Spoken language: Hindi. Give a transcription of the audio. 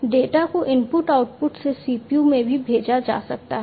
डेटा को इनपुट आउटपुट से CPU में भी भेजा जा सकता है